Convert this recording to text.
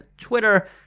Twitter